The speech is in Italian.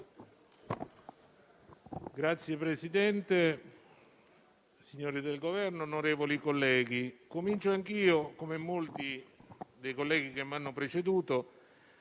Signor Presidente, signori del Governo, onorevoli colleghi, comincio anch'io - come molti dei colleghi che mi hanno preceduto